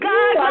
God